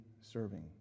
serving